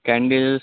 candles